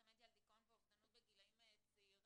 השפעת המדיה על דיכאון ואובדנות בגילאים צעירים.